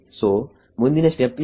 ಸೋಮುಂದಿನ step ಏನು